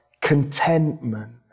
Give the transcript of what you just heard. contentment